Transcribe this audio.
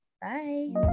Bye